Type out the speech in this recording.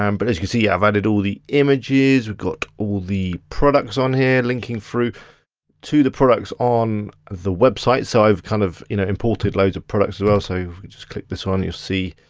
um but as you see, i've added all the images, we've got all the products on here, linking through to the products on the website. so i've kind of you know imported loads of products, but also just click this on, you'll see,